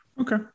Okay